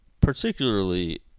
particularly